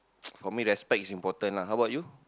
for me respect is important lah how about you